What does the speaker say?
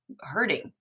hurting